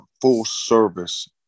full-service